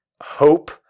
hope